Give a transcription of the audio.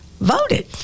voted